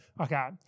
Okay